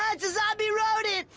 ah zombie rodent!